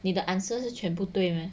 你的 answer 是全部对 meh